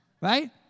Right